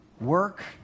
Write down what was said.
work